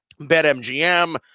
BetMGM